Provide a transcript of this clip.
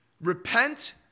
repent